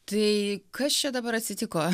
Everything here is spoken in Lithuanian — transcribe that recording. tai kas čia dabar atsitiko